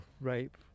rape